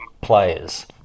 players